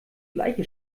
gleiche